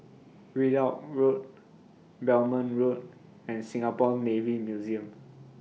Ridout Road Belmont Road and Singapore Navy Museum